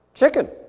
Chicken